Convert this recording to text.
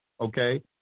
okay